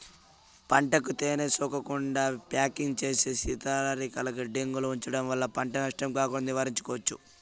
పంటకు తేమ సోకకుండా ప్యాకింగ్ చేసి శీతలీకరణ గిడ్డంగులలో ఉంచడం వల్ల పంట నష్టం కాకుండా నివారించుకోవచ్చు